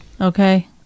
Okay